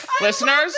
Listeners